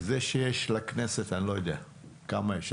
זה שיש לכנסת אני לא יודע, כמה יש?